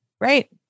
Right